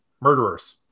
murderers